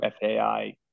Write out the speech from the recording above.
FAI